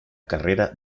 carrera